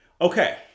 Okay